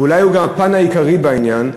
ואולי הוא גם הפן העיקרי בעניין,